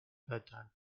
bedtime